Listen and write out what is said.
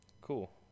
Cool